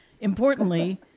Importantly